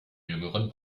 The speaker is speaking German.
jüngeren